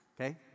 okay